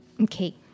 okay